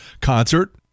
concert